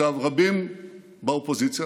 רבים באופוזיציה,